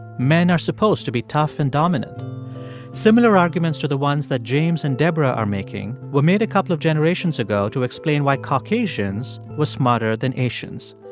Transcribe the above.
men are supposed to be tough and dominant similar arguments to the ones that james and debra are making were made a couple of generations ago to explain why caucasians were smarter than asians.